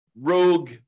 rogue